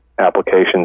applications